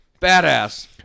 badass